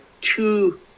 two